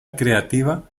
creativa